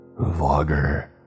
Vlogger